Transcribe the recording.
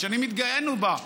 שנים התגאינו בה,